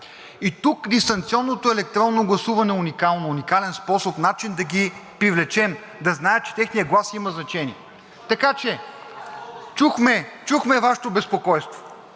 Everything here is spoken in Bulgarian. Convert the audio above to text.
И тук дистанционното електронно гласуване е уникално, уникален способ, начин да ги привлечем, да знаят, че техният глас има значение. Чухме Вашето безпокойство,